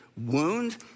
Wound